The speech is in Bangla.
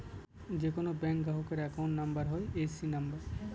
যে কোনো ব্যাঙ্ক গ্রাহকের অ্যাকাউন্ট নাম্বার হয় এ.সি নাম্বার